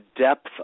depth